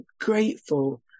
grateful